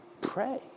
pray